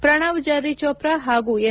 Pranav Jerry Chopra ಹಾಗೂ N